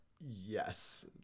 Yes